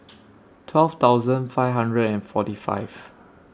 twelve thousand five hundred and forty five